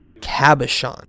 Cabochon